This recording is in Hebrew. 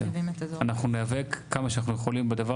אנחנו ניאבק כמה שאנחנו יכולים בדבר